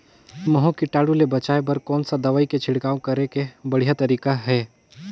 महू कीटाणु ले बचाय बर कोन सा दवाई के छिड़काव करे के बढ़िया तरीका हे?